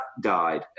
died